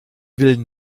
wilden